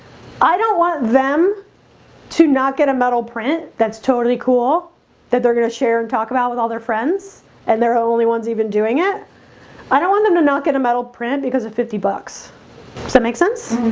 i don't want them to not get a metal print that's totally cool that they're gonna share and talk about with all their friends and there are only ones even doing it i don't want them to not get a metal print because of fifty bucks. does that make sense?